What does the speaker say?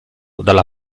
dalla